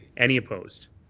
any opposed?